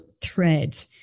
thread